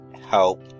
help